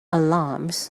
alarms